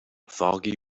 foggy